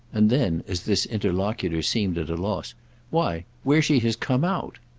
and then as this interlocutor seemed at a loss why where she has come out.